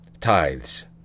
tithes